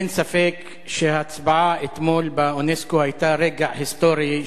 אין ספק שההצבעה אתמול באונסק"ו היתה רגע היסטורי,